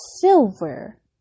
silver